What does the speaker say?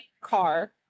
car